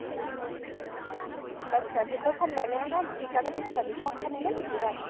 अच्छा दिक्खो थल्ले जा सीटा दे पिच्छे दिक्खो हा उत्थै नेई ना डिग्गे दा ऐ